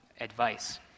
advice